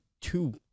two